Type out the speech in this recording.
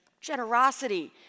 generosity